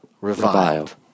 revived